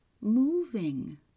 moving